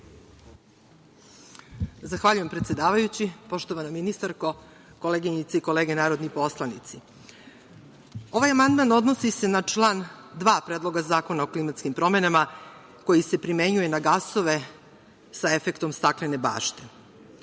Zahvaljujem, predsedavajući. Poštovana ministarko, koleginice i kolege narodni poslanici, ovaj amandman odnosi se na član 2. Predloga zakona o klimatskim promenama koji se primenjuje na gasove sa efektom staklene bašte. Ako